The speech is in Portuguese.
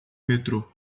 metrô